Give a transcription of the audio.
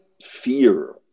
fear